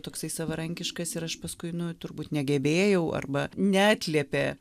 toksai savarankiškas ir aš paskui nu turbūt negebėjau arba neatliepė